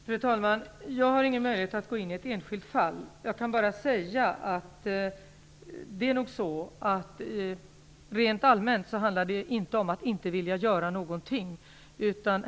Fru talman! Jag har ingen möjlighet att kommentera ett enskilt fall. Jag kan bara säga att det nog rent allmänt inte är så att det handlar om att man inte skulle vilja göra någonting.